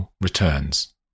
returns